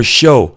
show